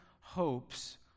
hopes